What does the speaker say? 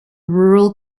rural